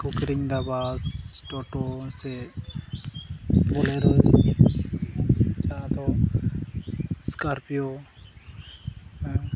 ᱠᱚ ᱠᱤᱨᱤᱧ ᱫᱟ ᱵᱟᱥ ᱴᱚᱴᱳ ᱥᱮ ᱵᱚᱞᱮ ᱥᱠᱚᱨᱯᱤᱭᱳ